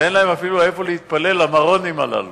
ואין להם אפילו איפה להתפלל, למרונים הללו.